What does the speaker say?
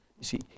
see